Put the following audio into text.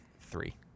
three